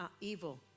evil